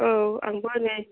औ आंबो नै